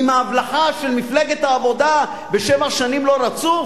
עם ההבלחה של מפלגת העבודה לשבע שנים, לא רצוף.